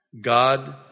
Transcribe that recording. God